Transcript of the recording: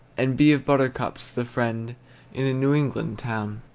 and be of buttercups the friend in a new england town!